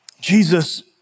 Jesus